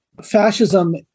Fascism